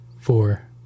Four